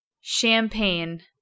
champagne